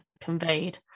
conveyed